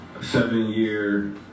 seven-year